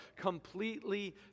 completely